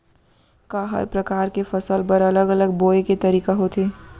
का हर प्रकार के फसल बर अलग अलग बोये के तरीका होथे?